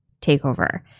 takeover